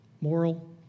moral